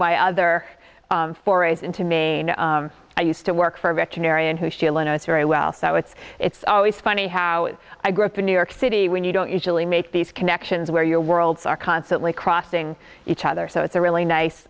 my other forays into maine i used to work for a veterinarian who still and i was very well so it's it's always funny how i grew up in new york city when you don't usually make these connections where your worlds are constantly crossing each other so it's a really nice